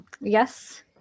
Yes